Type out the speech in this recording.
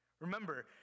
Remember